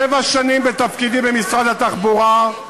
שבע שנים בתפקידי במשרד התחבורה,